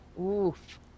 Oof